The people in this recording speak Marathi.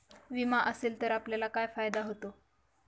विमा असेल तर आपल्याला काय फायदा होतो?